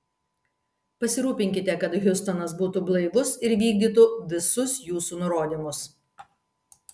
pasirūpinkite kad hiustonas būtų blaivus ir vykdytų visus jūsų nurodymus